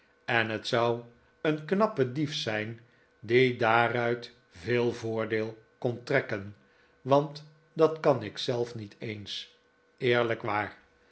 en het zou een knappe dief zijn die daaruit veel voordeel kon trekken want dat kan ik zelf niet eens eerlijk waar